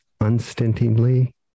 unstintingly